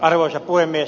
arvoisa puhemies